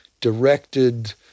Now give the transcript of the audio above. directed